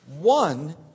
One